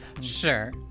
Sure